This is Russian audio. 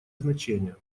значение